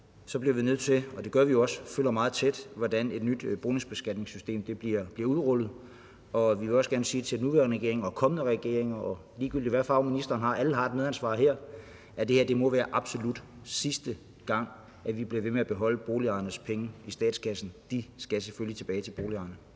bliver vi nødt til, og det gør vi jo også, at følge meget tæt, hvordan et nyt boligbeskatningssystem bliver udrullet. Og vi vil også gerne sige til den nuværende regering og kommende regeringer, ligegyldigt hvilken farve ministeren har, at alle har et ansvar for, at det her bliver absolut sidste gang, at vi beslutter at beholde boligejernes penge i statskassen; de skal selvfølgelig tilbage til boligejerne.